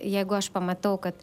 jeigu aš pamatau kad